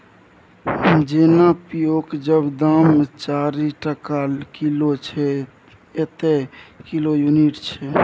जेना पिओजक दाम चारि टका किलो छै एतय किलो युनिट छै